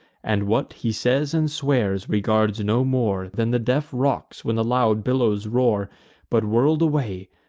and what he says and swears, regards no more than the deaf rocks, when the loud billows roar but whirl'd away,